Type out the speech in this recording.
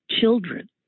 children